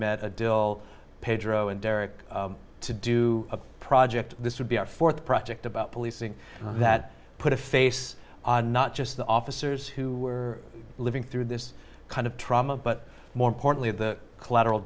met a deal pedro and derek to do a project this would be our fourth project about policing that put a face on not just the officers who were living through this kind of trauma but more importantly the collateral